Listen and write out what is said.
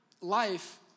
life